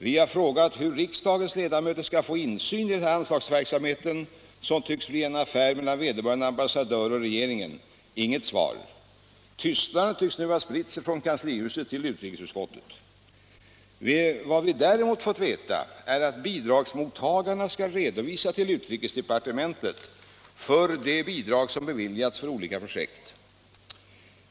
Vi har frågat hur riksdagens ledamöter skall få insyn i denna anslagsverksamhet, som tycks bli en affär mellan vederbörande ambassadör och regeringen. Inget svar. Tystnaden tycks nu ha spritt sig från kanslihuset till utrikesutskottet. Vad vi däremot fått veta är att bidragsmottagarna skall redovisa till utrikesdepartementet för de bidrag som beviljats för olika projekt.